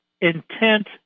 intent